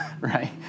right